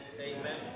Amen